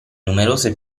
numerose